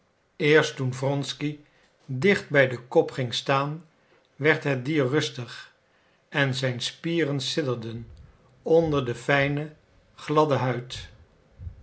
eerst toen wronsky dicht bij den kop ging staan werd het dier rustig en zijn spieren sidderden onder de fijne gladde huid